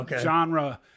genre